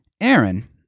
Aaron